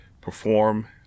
perform